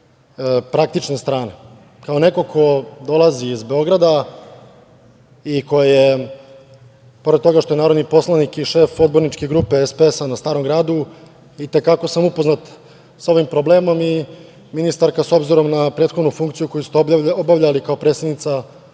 praktične strane. Kao neko ko dolazi iz Beograda i ko je pored toga što je narodni poslanik i šef poslaničke grupe SPS na Starom gradu, i te kako sam upoznat sa ovim problemom i, ministarka, s obzirom na prethodnu funkciju koju ste obavljali kao predsednica